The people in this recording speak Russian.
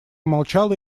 молчала